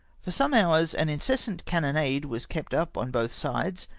for some hours an incessant cannonade was kept up on both sides,